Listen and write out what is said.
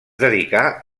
dedicà